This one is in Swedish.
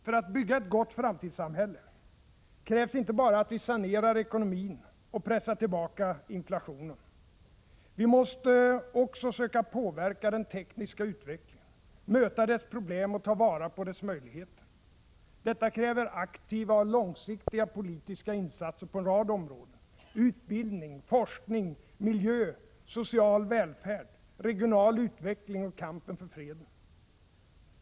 För att bygga ett gott framtidssamhälle krävs inte bara att vi sanerar ekonomin och pressar tillbaka inflationen. Vi måste också söka påverka den tekniska utvecklingen, möta dess problem och ta vara på dess möjligheter. Detta kräver aktiva och långsiktiga politiska insatser på en rad områden — utbildning, forskning, miljö, social välfärd, regional utveckling och kampen för freden.